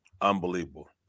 Unbelievable